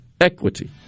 equity